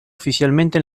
oficialmente